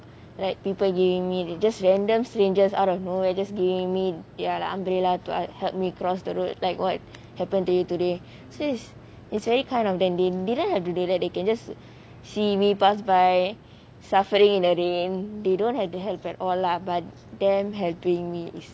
like people giving me they just random strangers out of nowhere just giving me their umbrella to help me cross the road like what happen to you today so it's very kind of them they didn't have to do that they can just see me pass by suffering in the rain they don't have to help at all lah but them helping me is